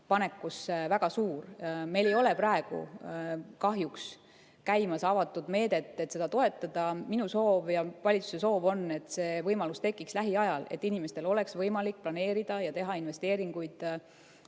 väga suur. Meil ei ole praegu kahjuks käimas avatud meedet, et seda toetada. Minu soov ja valitsuse soov on, et see võimalus tekiks lähiajal, et inimestel oleks võimalik planeerida ja teha investeeringuid